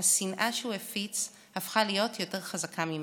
השנאה שהוא הפיץ הפכה להיות יותר חזקה ממנו.